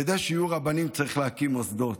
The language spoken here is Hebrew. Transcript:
כדי שיהיו רבנים, צריך להקים מוסדות.